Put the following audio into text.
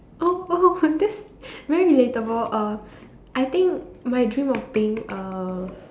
oh oh that's very relatable uh I think my dream of being a